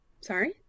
Sorry